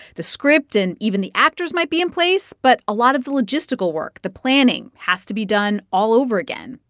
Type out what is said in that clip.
the script and even the actors might be in place, but a lot of the logistical work, the planning, has to be done all over again.